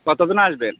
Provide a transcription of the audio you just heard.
কতজন আসবেন